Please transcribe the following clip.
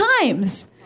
times